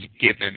given